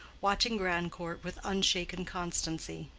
watching grandcourt with unshaken constancy.